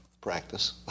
practice